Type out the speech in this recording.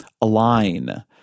align